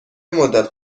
مدت